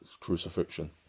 crucifixion